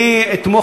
אני אתמוך,